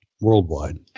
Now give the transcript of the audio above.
worldwide